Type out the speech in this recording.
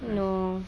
no